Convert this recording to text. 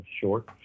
Short